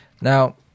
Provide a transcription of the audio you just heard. Now